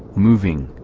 moving,